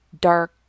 dark